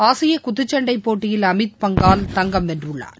ஆசியகுத்துச் சண்டைப் போட்டியில் அமீத் பங்கல் தங்கம் வென்றுள்ளார்